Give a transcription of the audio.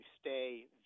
stay